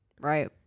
right